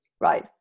right